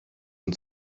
und